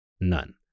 none